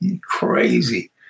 crazy